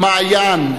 מעיין,